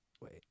wait